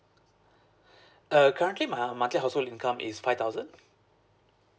uh currently my monthly household income is five thousand